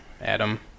Adam